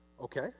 Okay